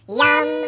yum